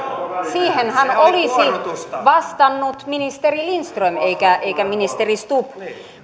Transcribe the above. siihenhän olisi vastannut ministeri lindström eikä ministeri stubb